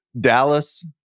Dallas